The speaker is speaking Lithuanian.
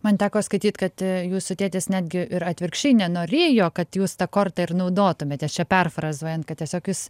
man teko skaityt kad jūsų tėtis netgi ir atvirkščiai nenorėjo kad jūs tą kortą ir naudotumėte čia perfrazuojant kad tiesiog jūs